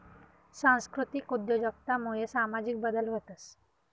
सांस्कृतिक उद्योजकता मुये सामाजिक बदल व्हतंस